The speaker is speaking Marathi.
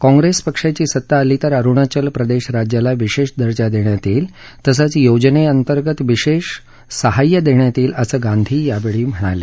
काँग्रेस पक्षाची सत्ता आली तर अरुणाचल प्रदेश राज्याला विशेष दर्जा देण्यात येईल तसंच योजने अंतर्गत विशेष सहाय्य देण्यात येईल असं गांधी यावेळी म्हणाले